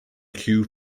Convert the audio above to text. cue